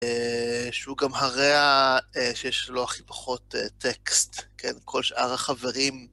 אהה שהוא גם הרע שיש לו הכי פחות טקסט, כן? כל שאר החברים.